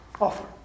offer